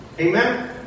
Amen